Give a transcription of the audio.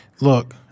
Look